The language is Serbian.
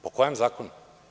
Po kojem zakonu?